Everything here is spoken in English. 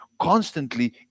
constantly